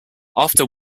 after